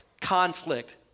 conflict